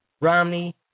Romney